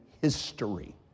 history